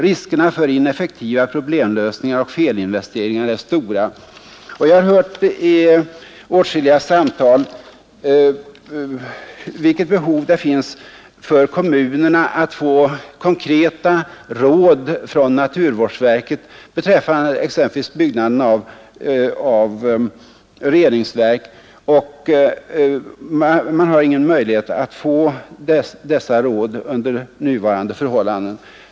Riskerna för ineffektiva problemlösningar och felinvesteringar är stora.” Jag har i åtskilliga samtal fått höra vilket behov kommunerna har av att få konkreta råd från naturvårdsverket exempelvis beträffande byggandet av reningsverk, men under nuvarande förhållanden har man ingen möjlighet att få sådana råd.